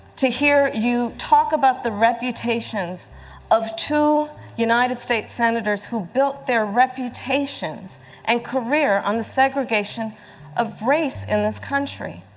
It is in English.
to hear you talk about the reputations of two united states senators who built their reputations and career on the segregation of race in this country.